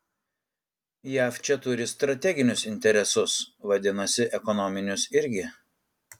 jav čia turi strateginius interesus vadinasi ekonominius irgi